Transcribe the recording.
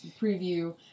preview